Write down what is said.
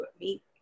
meet